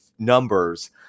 numbers